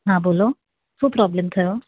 હા બોલો શું પ્રોબ્લેમ થયો